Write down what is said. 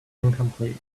incomplete